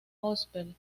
gospel